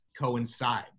coincide